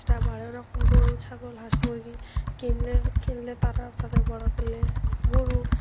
সেটা বারো রকম গরু ছাগল হাঁস মুরগি কিনলে কিনলে তারা তাদের বড় করলে গরু